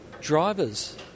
Drivers